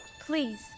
Please